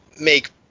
make